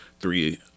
three